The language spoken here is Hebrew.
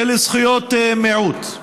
של זכויות מיעוט.